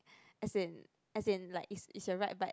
as in as in like it's it's a right but